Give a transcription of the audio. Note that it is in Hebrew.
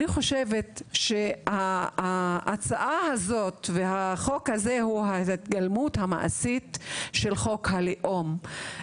אני חושבת שההצעה הזאת והחוק הזה הוא ההתגלמות המעשית של חוק הלאום.